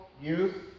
youth